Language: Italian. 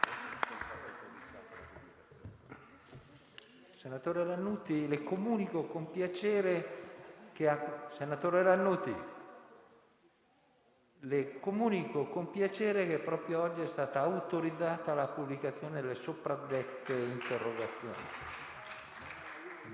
le comunico con piacere che proprio oggi è stata autorizzata la pubblicazione delle sopraddette interrogazioni. Mi rallegro anche che queste forme aggregative abbiano portato, dopo la nascita di nuovi Gruppi e componenti, anche alla nascita della componente degli interventi di fine seduta.